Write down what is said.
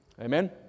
Amen